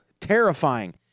Terrifying